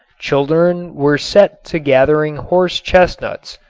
children were set to gathering horse-chestnuts,